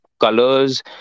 colors